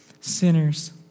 sinners